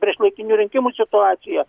priešlaikinių rinkimų situaciją